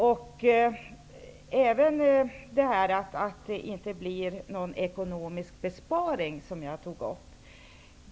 Jag tog även upp att det inte blir någon ekonomisk besparing.